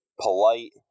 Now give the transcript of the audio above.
polite